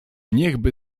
niechby